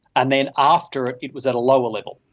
and then after it, it was at a lower level.